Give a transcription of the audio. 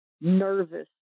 nervous